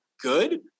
good